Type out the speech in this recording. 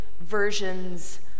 versions